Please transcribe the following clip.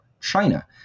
China